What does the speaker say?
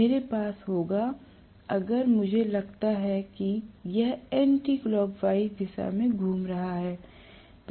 मेरे पास होगा अगर मुझे लगता है कि यह एंटीक्लॉकवाइज दिशा में घूम रहा है